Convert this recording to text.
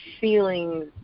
feelings